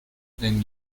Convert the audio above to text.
then